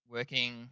Working